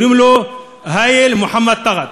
קוראים לו האיל מוחמד תגת.